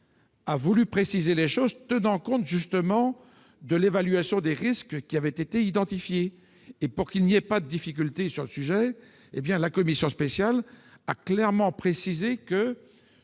a voulu préciser les choses en tenant compte, justement, de l'évaluation des risques qui avaient été identifiés. Pour qu'il n'y ait pas de difficultés, la commission spéciale a clairement précisé que